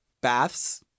Baths